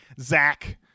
Zach